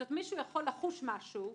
כלומר מישהו יכול לחוש משהו,